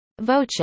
voce